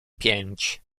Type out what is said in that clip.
pięć